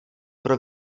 pro